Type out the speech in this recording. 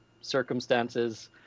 circumstances